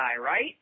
right